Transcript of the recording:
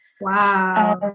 wow